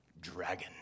Dragon